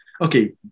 okay